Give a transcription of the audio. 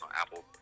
Apple